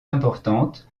importante